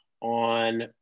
on